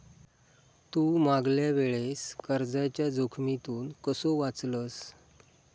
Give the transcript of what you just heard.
तू मागल्या वेळेस कर्जाच्या जोखमीतून कसो वाचलस